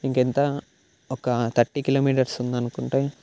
ఇంకేంత ఒక thirty kilometres ఉందనుకుంటే